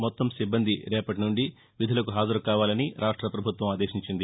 మొత్తం సిబ్బంది రేపటి నుంచి విధులకు హాజరు కావాలని రాష్ట పభుత్వం ఆదేశించింది